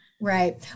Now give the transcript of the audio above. Right